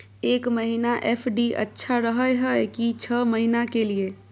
एक महीना एफ.डी अच्छा रहय हय की छः महीना के लिए?